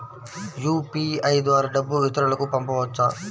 UPI ద్వారా డబ్బు ఇతరులకు పంపవచ్చ?